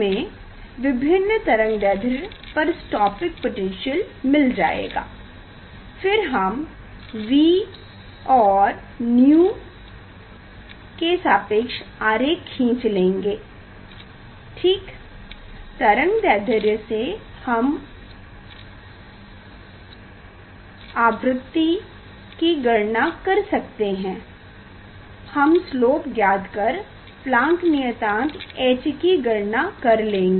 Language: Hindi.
हमें विभिन्न तरंगदैढ्र्य पर स्टॉपिंग पोटैन्श्यल मिल जाएगा फिर हम V vs 𝛎 का आरेख खीच लेंगे ठीक तरंगदैढ्र्य से हम आवृति की गणना कर सकते है हम स्लोप ज्ञात कर प्लांक नियतांक h की गणना कर लेंगे